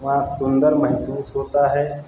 वहां सुन्दर महसूस होता है